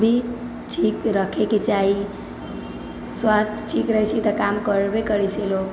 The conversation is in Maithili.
भी ठीक रखयके चाही स्वास्थ्य ठीक रहैत छै तऽ काम करबे करैत छै लोक